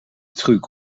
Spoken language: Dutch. truc